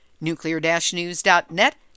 nuclear-news.net